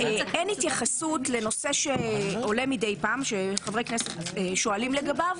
אין התייחסות לנושא שעולה מדי פעם ושחברי הכנסת שואלים לגביו,